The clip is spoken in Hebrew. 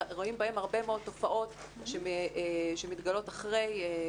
רואים בהם הרבה מאוד תופעות שמתגלות אחרי,